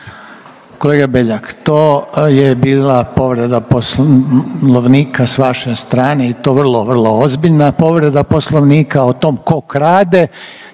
Kolega Beljak to je bila povreda Poslovnika sa vaše strane i to vrlo, vrlo ozbiljna povreda Poslovnika. O tome tko krade